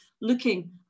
looking